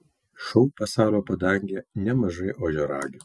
šou pasaulio padangėje nemažai ožiaragių